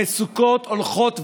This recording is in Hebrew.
המצוקות הולכות ונערמות.